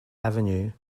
avenue